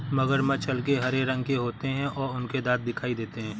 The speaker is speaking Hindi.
मगरमच्छ हल्के हरे रंग के होते हैं और उनके दांत दिखाई देते हैं